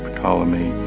ptolemy,